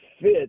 fit